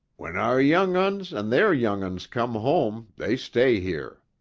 when our young'uns and their young'uns come home, they stay here.